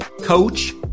coach